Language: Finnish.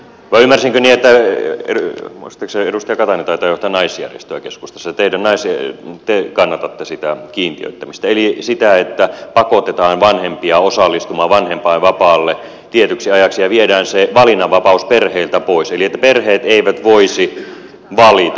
voimme siten että hän osti edustaja katainen taitaa johtaa naisjärjestöä keskustassa ja te kannatatte sitä kiintiöittämistä eli sitä että pakotetaan vanhempia osallistumaan vanhempainvapaalle tietyksi ajaksi ja viedään se valinnanvapaus perheiltä pois eli että perheet eivät voisi valita